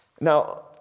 Now